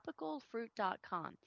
tropicalfruit.com